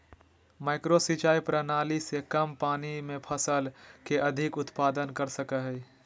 micro सिंचाई प्रणाली से कम पानी में फसल के अधिक उत्पादन कर सकय हइ